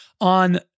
on